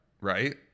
right